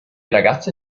ragazze